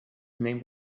name